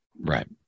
Right